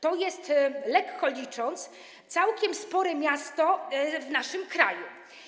To jest, lekko licząc, całkiem spore miasto w naszym kraju.